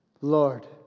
Lord